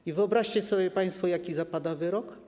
I wyobraźcie sobie państwo, jaki zapada wyrok?